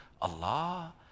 Allah